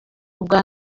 bwa